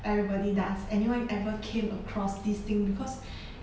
everybody does anyone ever came across this thing because